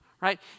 Right